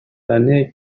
années